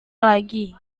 lagi